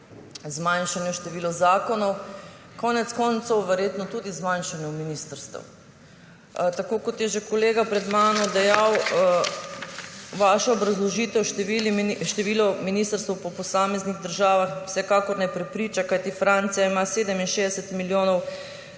zmanjšanju števila zakonov, konec koncev verjetno tudi zmanjšanju ministrstev. Tako kot je že kolega pred mano dejal, vaša obrazložitev števila ministrstev po posameznih državah vsekakor ne prepriča, kajti Francija ima 67 milijonov